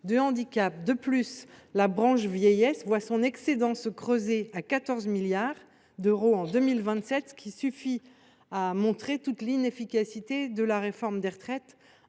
de handicap. De plus, la branche vieillesse voit son excédent se creuser à 14 milliards d’euros en 2027, ce qui suffit à montrer toute l’inefficacité de la réforme des retraites